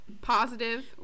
positive